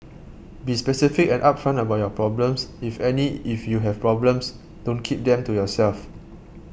be specific and upfront about your problems if any If you have problems don't keep them to yourself